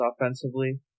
offensively